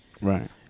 Right